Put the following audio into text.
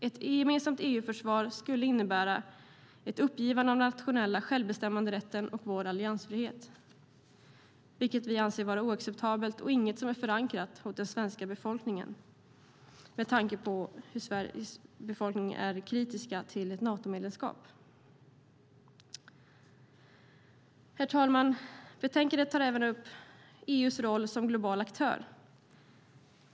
Ett gemensamt EU-försvar skulle innebära ett uppgivande av den nationella självbestämmanderätten och vår alliansfrihet, vilket vi anser vara oacceptabelt och inget som är förankrat hos den svenska befolkningen - med tanke på hur kritisk Sveriges befolkning är till ett Natomedlemskap. Herr talman! Betänkandet tar även upp EU:s roll som global aktör.